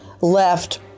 left